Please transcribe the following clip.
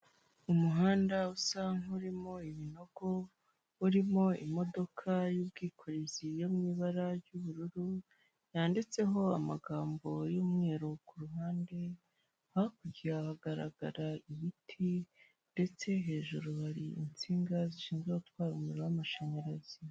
Umuhanda usa nk'urimo ibinogo urimo imodoka y'ubwikorezi yo mu ibara ry'ubururu yanditseho amagambo y'umweru ku ruhande, hakurya hagaragara ibiti ndetse hejuru hari insinga zishinzwe gutwara umuriro w'amashanyarazi.